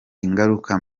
ingaruka